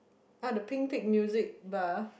ah the Pink Pig music bar